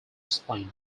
explained